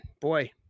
boy